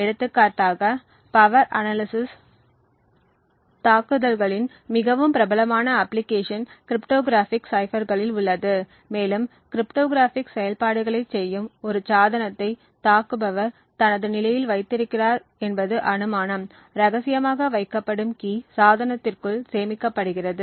எடுத்துக்காட்டாக power analysis தாக்குதல்களின் மிகவும் பிரபலமான அப்பிளிகேஷன் கிரிப்டோகிராஃபிக் சைபர்களில் உள்ளது மேலும் கிரிப்டோகிராஃபிக் செயல்பாடுகளைச் செய்யும் ஒரு சாதனத்தை தாக்குபவர் தனது நிலையில் வைத்திருக்கிறார் என்பது அனுமானம் ரகசியமாக வைக்கப்படும் கீ சாதனத்திற்குள் சேமிக்கப்படுகிறது